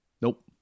Nope